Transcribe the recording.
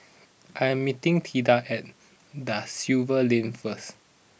I am meeting Tilda at Da Silva Lane first